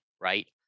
right